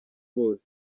bose